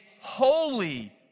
holy